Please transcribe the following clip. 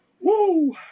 Woo